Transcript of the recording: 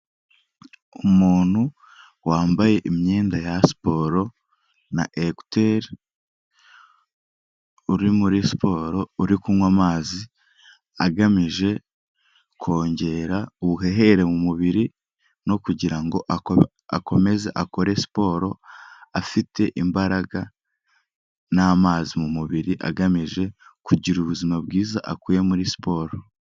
Umuntu wambaye imyenda ya siporo na ekuteri, uri muri siporo, uri kunywa amazi agamije kongera ubuhehere mu mubiri no kugira ngo akomeze akore siporo afite imbaraga n'amazi mu mubiri, agamije kugira ubuzima bwiza akuye muri siporo.